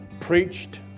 preached